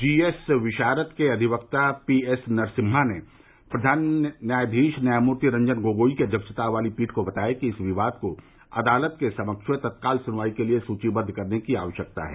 GS Visharad के अधिवक्ता P S Narasimha ने प्रधान न्यायधीश न्यायमूर्ति रंजन गोगोई की अध्यक्षता वाली पीठ को बताया कि इस विवाद को अदालत के समक्ष तत्काल सुनवाई के लिए सूचीबद्व करने की आवश्यकता है